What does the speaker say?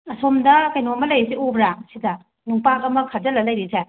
ꯑꯁꯣꯝꯗ ꯀꯩꯅꯣꯃ ꯂꯩꯔꯤꯁꯦ ꯎꯕ꯭ꯔꯥ ꯁꯤꯗꯥ ꯅꯨꯡꯄꯥꯛ ꯑꯃ ꯈꯥꯖꯤꯜꯂ ꯂꯩꯔꯤꯁꯦ